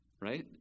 Right